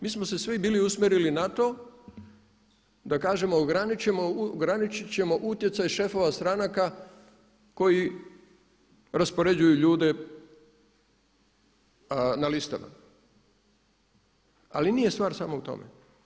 Mi smo se svi bili usmjerili na to da kažemo ograničit ćemo utjecaj šefova stranaka koji raspoređuju ljude na listama, ali nije stvar samo u tome.